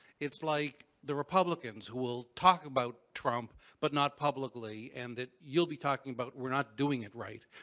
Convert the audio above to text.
it's like the republicans, who will talk about trump, but not publicly. and that you'll be talking about, we're not doing it right.